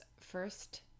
first